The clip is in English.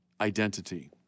identity